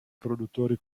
produttori